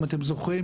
אם אתם זוכרים,